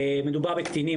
מדובר בקטינים,